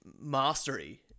mastery